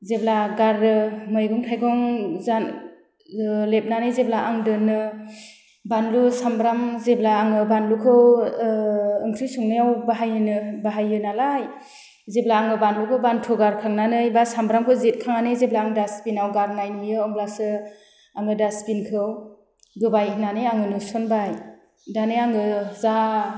जेब्ला गारो मैगं थाइगं जान लेबनानै जेब्ला आं दोनो बानलु सामब्राम जेब्ला आङो बानलुखौ ओंख्रि संनायाव बाहायनो बाहायो नालाय जेब्ला आङो बानलुखौ बानथु गारखांनानै बा सामब्रामखौ जिरखांनानै जेब्ला आं डासबिनाव गारनाय नुयो अब्लासो आङो डासबिनखौ गोबाय होन्नानै आङो नुसनबाय दानिया आङो जा